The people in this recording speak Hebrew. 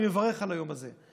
אני מברך על היום הזה,